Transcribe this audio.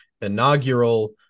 inaugural